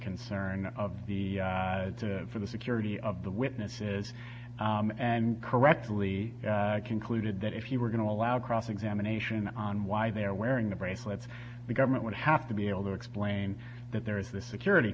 concern of the for the security of the witnesses and correctly concluded that if you were going to allow cross examination on why they're wearing the bracelets the government would have to be able to explain that there is the security